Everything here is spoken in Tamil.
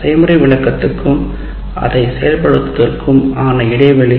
செய்முறை விளக்கத்திற்கும் அதை செயல்படுத்துவதற்கும் ஆன இடைவெளி